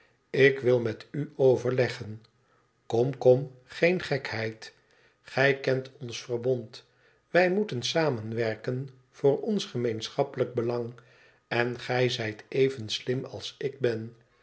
ik wil met u overleggen kom kom geen gekheid gij kent ons verbond wij moeten samen werken voor ons gemeenschappelijk belang en j zijt even slim als ik ben